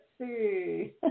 see